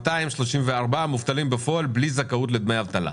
234,000 מובטלים בפועל בלי זכאות לדמי אבטלה.